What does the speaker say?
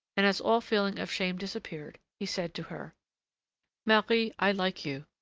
and as all feeling of shame disappeared, he said to her marie, i like you,